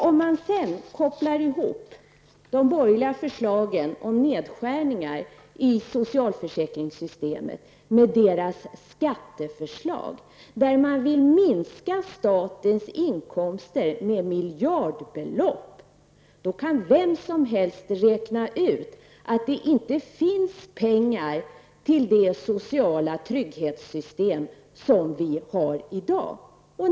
Om man sedan kopplar ihop de borgerliga förslagen om nedskärningar i socialförsäkringssystemet med deras skatteförslag -- enligt vilka man vill minska statens inkomster med miljardbelopp -- kan vem som helst räkna ut att det inte finns pengar till det sociala trygghetssystem som vi har i dag.